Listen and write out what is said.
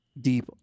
deep